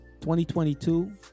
2022